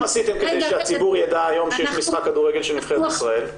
עשיתם כדי שהציבור יידע היום שיש משחק כדורגל של נבחרת ישראל?